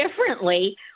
differently